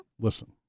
Listen